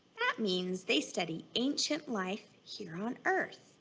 that means they study ancient life here on earth.